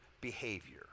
behavior